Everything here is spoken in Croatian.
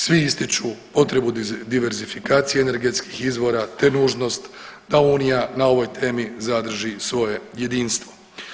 Svi ističu potrebu diversifikacije energetskih izvora te nužnost da Unija na ovoj temi zadrži svoje jedinstvo.